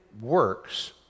works